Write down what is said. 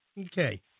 Okay